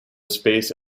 space